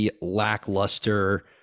lackluster